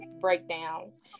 breakdowns